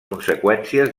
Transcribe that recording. conseqüències